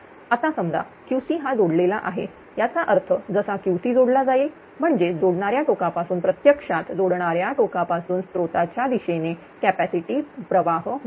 आता समजा QC हा जोडलेला आहे याचा अर्थ जसा QC जोडला जाईल म्हणजे जोडणाऱ्या टोकापासून प्रत्यक्षात जोडणाऱ्या टोकापासून स्स्त्रोताच्या दिशेने कॅपॅसिटी प्रवाह वाहील